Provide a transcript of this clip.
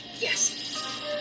yes